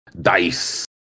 Dice